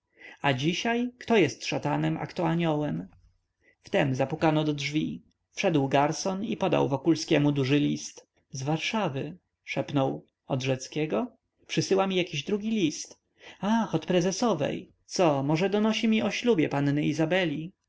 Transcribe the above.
a dzisiaj kto jest szatanem a kto aniołem wtem zapukano do drzwi wszedł garson i podał wokulskiemu duży list z warszawy szepnął od rzeckiego przysyła mi jakiś drugi list ach od prezesowej co może donosi mi o ślubie panny izabeli